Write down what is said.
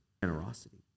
Generosity